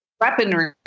weaponry